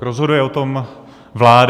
Rozhoduje o tom vláda.